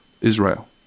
Israel